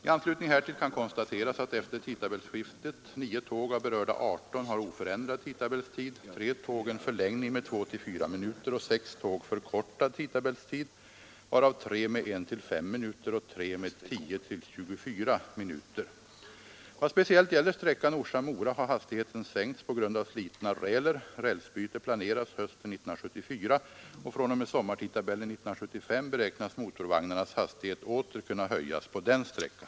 I anslutning härtill kan konstateras att efter tidtabellsskiftet nio tåg av berörda aderton har oförändrad tidtabellstid, tre tåg en förlängning med 2-4 minuter och sex tåg förkortad tidtabellstid, varav tre med 1—5 minuter och tre med 10—24 minuter. Vad speciellt gäller sträckan Orsa—Mora har hastigheten sänkts på grund av slitna räler. Rälsbyte planeras hösten 1974 och fr.o.m. sommartidtabellen 1975 beräknas motorvagnarnas hastighet åter kunna höjas på den sträckan.